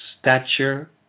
stature